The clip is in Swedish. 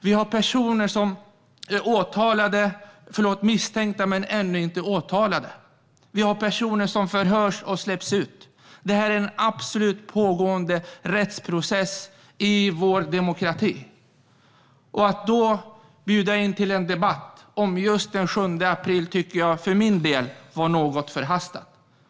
Vi har personer som är misstänkta men ännu inte åtalade. Vi har personer som förhörs och släpps ut. Detta är en pågående rättsprocess i vår demokrati. Att då bjuda in till en debatt om den 7 april tycker jag därför för min del var något förhastat.